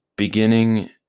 beginning